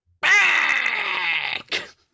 back